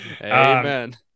Amen